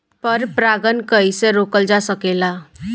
पर परागन कइसे रोकल जा सकेला?